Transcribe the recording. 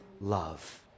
love